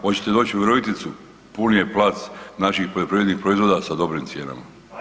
Hoćete doć u Viroviticu, pun je plac naših poljoprivrednih proizvoda sa dobrim cijenama.